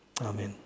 Amen